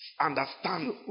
understand